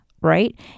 right